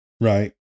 Right